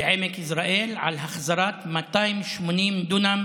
לעמק יזרעאל על החזרת 280 דונם